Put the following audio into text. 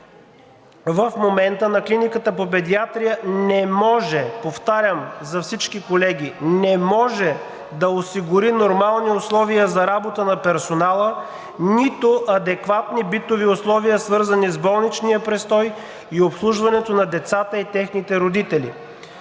в момента на Клиниката по педиатрия не може, повтарям за всички колеги – не може да осигури нормални условия за работа на персонала, нито адекватни битови условия, свързани с болничния престой и обслужването на децата и техните родители.